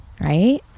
right